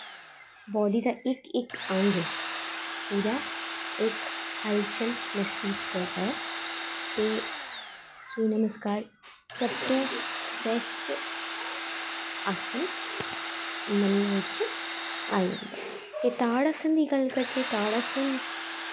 body दा इक इक अंग पूरा इक हलचल मैह्सूस करदा ऐ ते सूर्य नमस्कार सब तो बेस्ट आसन मनें च आई जंदा ते ताड़ आसन दी गल्ल करचै ताड़ आसन